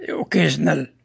occasional